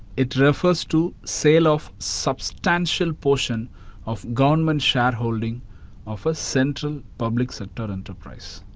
it refers to sale of substantial portion of government shareholding of a central public sector enterprise.